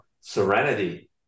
serenity